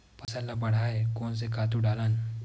फसल ल बढ़ाय कोन से खातु डालन?